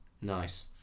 Nice